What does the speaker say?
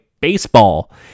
baseball